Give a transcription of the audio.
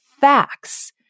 facts